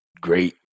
great